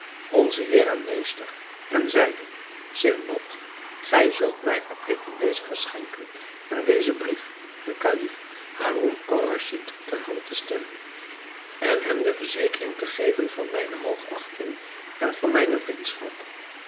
onzen heer en meester en zeide sindbad gij zult mij verpligten deze geschenken en dezen brief den kalif haroun-al-raschid ter hand te stellen en hem de verzekering te geven van mijne hoogachting en van mijne vriendschap